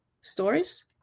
stories